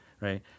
right